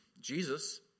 Jesus